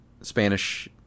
Spanish